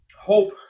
hope